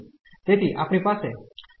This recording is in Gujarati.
તેથી આપણી પાસે x2 અંશ માં હશે